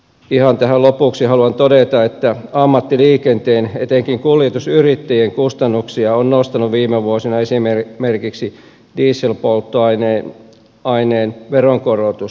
ihan tähän lopuksi haluan todeta että ammattiliikenteen etenkin kuljetusyrittäjien kustannuksia on nostanut viime vuosina esimerkiksi dieselpolttoaineen veronkorotus